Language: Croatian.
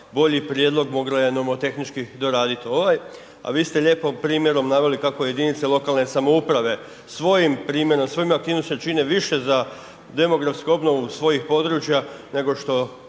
bolji prijedlog mogla je nomotehnički doradit ovaj, a vi ste lijepo primjerom naveli kako jedinice lokalne samouprave svojim primjerom, svojim aktivnostima čine više za demografsku obnovu svojih područja nego što